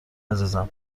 عزیزم